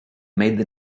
made